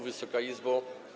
Wysoka Izbo!